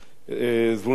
זבולון אורלב,